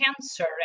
cancer